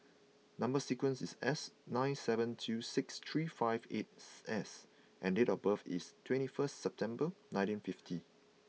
number sequence is S nine seven two six three five eighth S and date of birth is twenty first September nineteen fifty